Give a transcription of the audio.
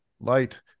light